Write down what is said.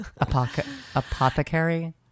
Apothecary